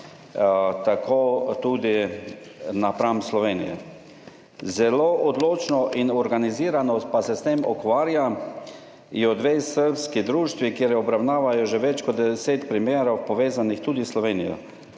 tako tudi v Sloveniji, zelo odločno in organizirano pa se s tem ukvarjata dve srbski društvi, kjer obravnavajo že več kot deset primerov, povezanih tudi s Slovenijo.